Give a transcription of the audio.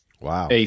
Wow